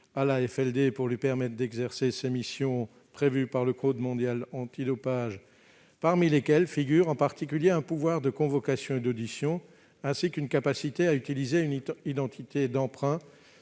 à l'AFLD pour lui permettre d'exercer ses nouvelles missions prévues par le code mondial antidopage, parmi lesquelles figurent, en particulier, un pouvoir de convocation et d'audition et la capacité à utiliser une identité d'emprunt